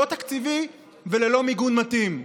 לא תקציבי וללא מיגון מתאים?